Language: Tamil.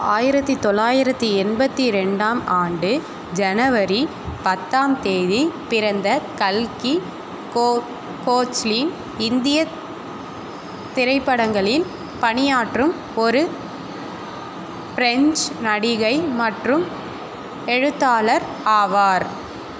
ஆயிரத்தி தொள்ளாயிரத்தி எண்பத்தி ரெண்டாம் ஆண்டு ஜனவரி பத்தாம் தேதி பிறந்த கல்கி கோ கோச்லின் இந்தியத் திரைப்படங்களில் பணியாற்றும் ஒரு ஃப்ரென்ச் நடிகை மற்றும் எழுத்தாளர் ஆவார்